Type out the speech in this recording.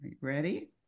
Ready